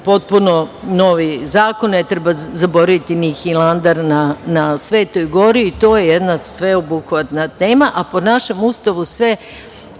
potpuno novi zakon. Ne treba zaboraviti ni Hilandar na Svetoj gori. To je jedna sveobuhvatna tema. Po našem Ustavu, sve